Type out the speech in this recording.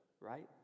right